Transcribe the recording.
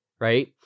right